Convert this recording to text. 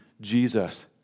Jesus